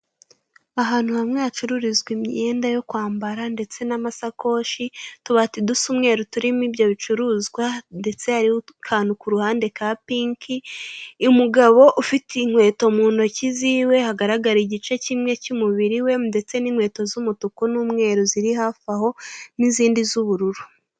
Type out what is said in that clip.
Ahantu hamwe hacururizwa imyenda yo kwambara ndetse n'amasakoshi, utubati dusa umweru turimo ibyo bicuruzwa ndetse hariho akantu ku ruhande ka pinki, umugabo ufite inkweto mu ntoki ziwe hagaragara igice kimwe cy'umubiri we ndetse n'inkweto z'umweru ziri hafi aho n'izindi z'ubururu.